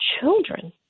children